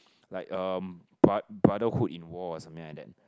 like uh brotherhood in war or something like that